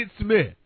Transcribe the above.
Smith